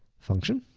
function.